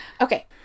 Okay